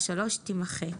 פסקה (3) תימחק.